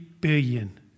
billion